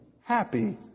happy